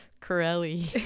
Corelli